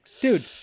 Dude